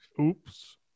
Oops